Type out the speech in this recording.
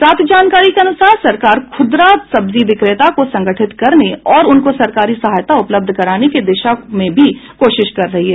प्राप्त जानकारी के अनुसार सरकार खुदरा सब्जी विक्रेताओं को संगठित करने और उनको सरकारी सहायता उपलब्ध कराने की दिशा में भी कोशिश कर रही है